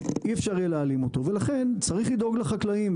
אי אפשר יהיה להעלים אותו ולכן צריך לדאוג לחקלאים.